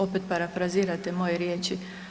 Opet parafrazirate moje riječi.